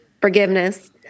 forgiveness